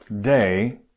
day